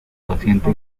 paciente